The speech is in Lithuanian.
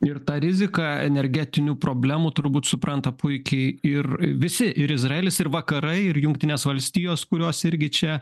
ir ta rizika energetinių problemų turbūt supranta puikiai ir visi ir izraelis ir vakarai ir jungtinės valstijos kurios irgi čia